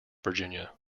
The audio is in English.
virginia